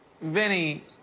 vinny